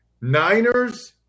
Niners